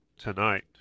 tonight